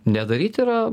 nedaryt yra